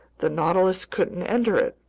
the nautilus couldn't enter it!